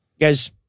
guys